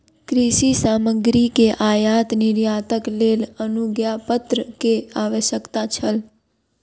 कृषि सामग्री के आयात निर्यातक लेल अनुज्ञापत्र के आवश्यकता छल